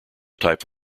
type